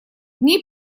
ней